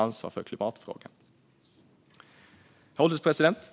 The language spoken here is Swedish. Herr ålderspresident!